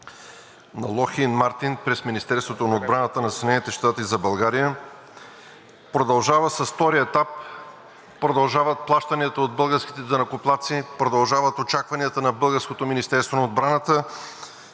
на „Логхийд Мартин“ през Министерството на отбраната на Съединените щати за България продължава с втория етап, продължават плащанията от българските данъкоплатци, продължават очакванията на